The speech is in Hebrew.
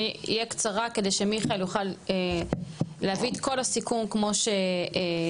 אני אהיה קצרה כדי שמיכאל יוכל להביא את כל הסיכום כמו שהיה.